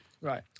right